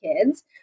kids